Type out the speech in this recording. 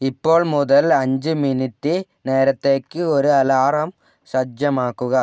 ഇപ്പോൾ മുതൽ അഞ്ച് മിനിറ്റ് നേരത്തേക്ക് ഒരു അലാറം സജ്ജമാക്കുക